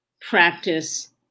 practice